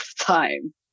time